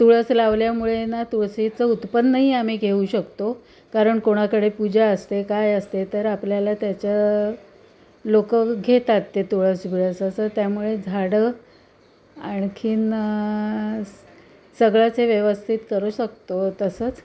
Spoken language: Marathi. तुळस लावल्यामुळे ना तुळशीचं उत्पन्नही आम्ही घेऊ शकतो कारण कोणाकडे पूजा असते काय असते तर आपल्याला त्याच्या लोक घेतात ते तुळस बिळस असं त्यामुळे झाडं आणखीन सगळ्याचे व्यवस्थित करू शकतो तसंच